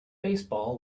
baseball